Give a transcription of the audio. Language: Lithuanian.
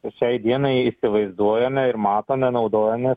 ir šiai dienai įsivaizduojame ir matome naudojomės